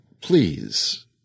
please